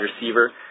receiver